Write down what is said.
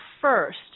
first